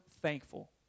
thankful